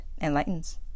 enlightens